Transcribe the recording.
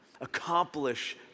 accomplish